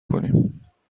کنیم